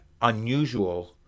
unusual